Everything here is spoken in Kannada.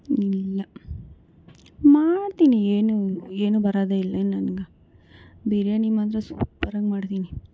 ಇಲ್ಲ ಮಾಡ್ತೀನಿ ಏನು ಏನೂ ಬರೋದೆ ಇಲ್ಲೇನು ನನ್ಗೆ ಬಿರಿಯಾನಿ ಮಾತ್ರ ಸೂಪರಾಗಿ ಮಾಡ್ತೀನಿ